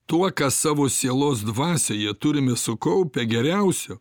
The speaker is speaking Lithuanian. tuo ką savo sielos dvasioje turime sukaupę geriausio